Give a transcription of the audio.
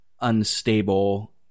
unstable